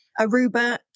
Aruba